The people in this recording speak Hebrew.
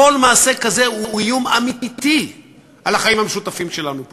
כל מעשה כזה הוא איום אמיתי על החיים המשותפים שלנו פה.